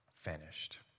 finished